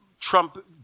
Trump